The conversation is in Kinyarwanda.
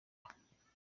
aha